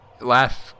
last